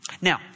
Now